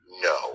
No